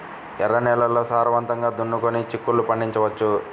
ఎర్ర నేలల్లో సారవంతంగా దున్నుకొని చిక్కుళ్ళు పండించవచ్చు